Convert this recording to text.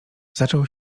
zaczął